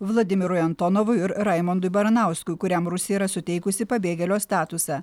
vladimirui antonovui ir raimondui baranauskui kuriam rusija yra suteikusi pabėgėlio statusą